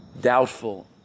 doubtful